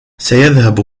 سيذهب